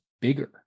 bigger